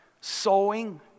sowing